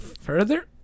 Further